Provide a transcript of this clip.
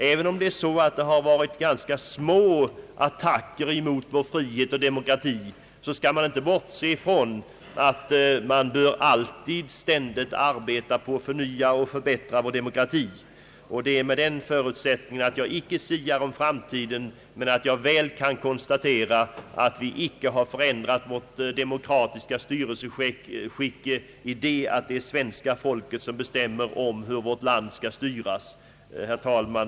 även om attackerna varit små, måste man ständigt arbeta på att förnya och förbättra vår demokrati. Med denna förutsättning vill jag icke sia om framtiden, men väl konstatera att vi icke förändrat vårt demokratiska styrelseskick i det avseendet att det är svenska folket som bestämmer hur vårt land skall styras. Herr talman!